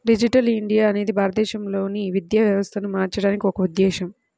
digital India అనేది భారతదేశంలోని విద్యా వ్యవస్థను మార్చడానికి ఒక ఉద్ధేశం